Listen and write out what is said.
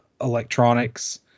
electronics